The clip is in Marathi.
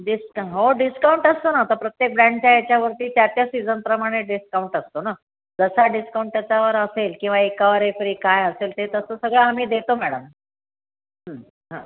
डिस्का हो डिस्काउंट असतो ना आता प्रत्येक ब्रँडच्या याच्यावरती त्या त्या सीझनप्रमाणे डिस्काउंट असतो ना जसा डिस्काउंट त्याच्यावर असेल किंवा एकावर एक फ्री काय असेल ते तसं सगळं आम्ही देतो मॅडम हां